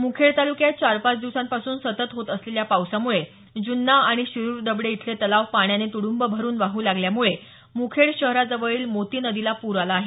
मुखेड तालुक्यात चार पाच दिवसांपासून सतत होत असलेल्या पावसामुळे जून्ना आणि शिरूर दबडे इथले तलाव पाण्याने तुडूंब भरून वाहू लागल्यामुळे मुखेड शहरा जवळील मोती नदीत पुर आला आहे